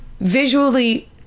visually